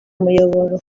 muyoboro